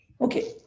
Okay